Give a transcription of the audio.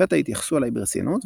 לפתע התייחסו אלי ברצינות,